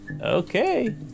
okay